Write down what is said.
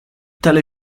tale